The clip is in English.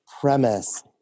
premise